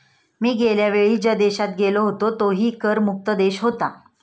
मी गेल्या वेळी ज्या देशात गेलो होतो तोही कर मुक्त देश होता